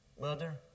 Mother